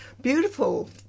beautiful